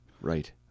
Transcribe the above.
Right